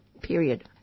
period